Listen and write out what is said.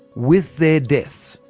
with their deaths,